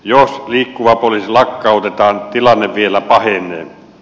jos liikkuva poliisi lakkautetaan tilanne vielä pahenee